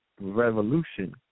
revolution